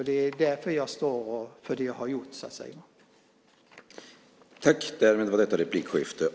Det är därför som jag står för det som jag har gjort.